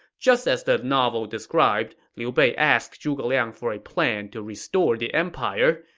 just as the novel described, liu bei asked zhuge liang for a plan to restore the empire,